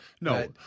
No